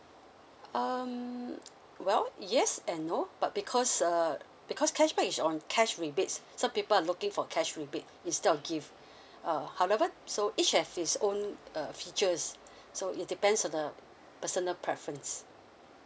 um well yes and no but because uh because cashback is on cash rebates some people are looking for cash rebate instead of gift uh however so each have his own uh feature so it depends on the personal preference